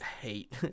hate